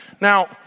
Now